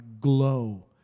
glow